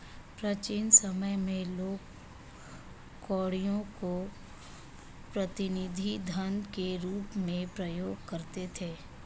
प्राचीन समय में लोग कौड़ियों को प्रतिनिधि धन के रूप में प्रयोग करते थे